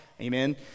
Amen